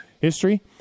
history